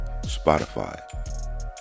Spotify